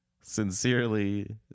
sincerely